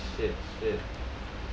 shit shit